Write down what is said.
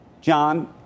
John